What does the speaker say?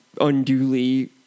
unduly